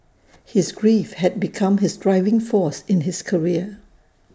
his grief had become his driving force in his career